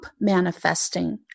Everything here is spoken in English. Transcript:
manifesting